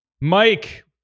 mike